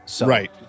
Right